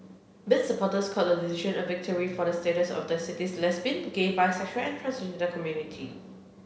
bid supporters called the decision a victory for the status of the city's lesbian gay bisexual and transgender community